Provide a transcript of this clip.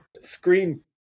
screen